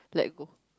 let go